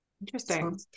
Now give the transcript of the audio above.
Interesting